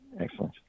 excellent